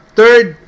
Third